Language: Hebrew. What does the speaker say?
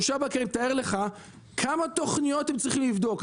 תאר לעצמך כמה תוכניות הם צריכים לבדוק.